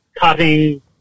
cutting